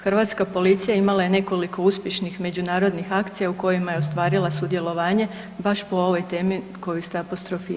Hrvatska policija imala je nekoliko uspješnih međunarodnih akcija u kojima je ostvarila sudjelovanje baš po ovoj temi koju ste apostrofirali.